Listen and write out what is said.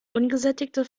ungesättigte